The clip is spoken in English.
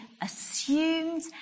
assumed